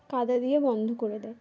কাদা দিয়ে বন্ধ করে দেয়